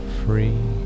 free